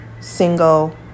single